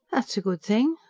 that's a good thing,